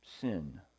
sin